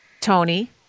Tony